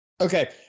Okay